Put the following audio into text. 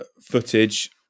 footage